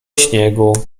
śniegu